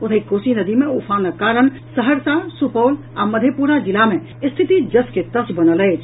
ओतहि कोसी नदी मे उफानक कारण सहरसा सुपौल आ मधेपुरा जिला मे स्थिति जस के तस बनल अछि